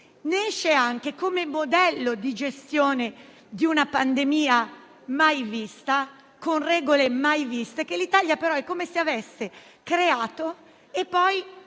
esce anche come modello di gestione di una pandemia mai vista prima, con regole mai viste, che l'Italia sembra aver creato e poi